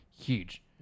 huge